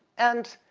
and,